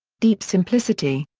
deep simplicity.